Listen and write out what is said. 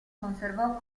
conservò